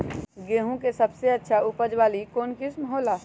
गेंहू के सबसे अच्छा उपज वाली कौन किस्म हो ला?